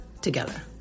together